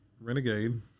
Renegade